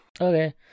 Okay